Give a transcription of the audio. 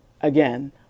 Again